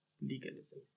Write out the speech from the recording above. legalism